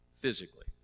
physically